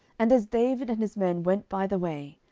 and as david and his men went by the way,